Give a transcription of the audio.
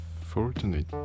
fortunate